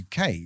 UK